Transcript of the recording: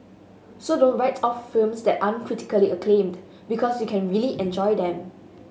so don't write off films that aren't critically acclaimed because you can really enjoy them